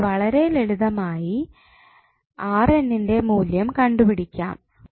അപ്പോൾ വളരെ ലളിതമായി ന്റെ മൂല്യം കണ്ടുപിടിക്കാം